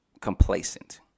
complacent